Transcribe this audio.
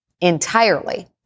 entirely